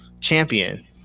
champion